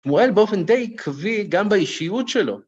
מועל באופן די עקבי גם באישיות שלו.